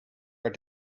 are